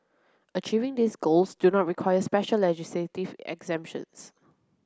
achieving these goals do not require special legislative exemptions